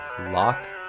Lock